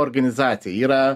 organizacija yra